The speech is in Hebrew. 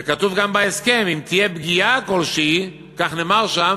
וכתוב גם בהסכם: אם תהיה פגיעה כלשהי, כך נאמר שם,